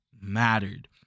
mattered